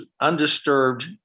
undisturbed